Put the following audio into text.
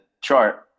chart